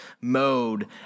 mode